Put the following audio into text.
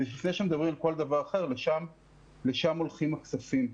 לפני שמדברים על כל דבר אחר, לשם הולכים הכספים.